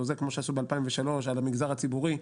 או כמו שעשו ב-2003 על המגזר הציבורי,